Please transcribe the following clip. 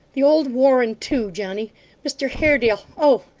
the old warren too, johnny mr haredale oh,